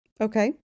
Okay